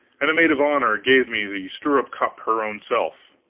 and a maid of honor gave me the stirrup-cup her own self.